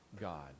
God